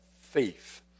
faith